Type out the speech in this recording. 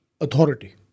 Authority